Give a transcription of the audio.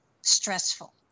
stressful